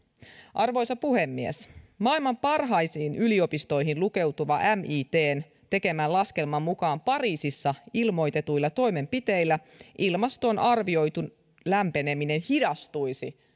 arvoisa puhemies maailman parhaisiin yliopistoihin lukeutuvan mitn tekemän laskelman mukaan pariisissa ilmoitetuilla toimenpiteillä ilmaston arvioitu lämpeneminen hidastuisi